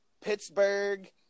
Pittsburgh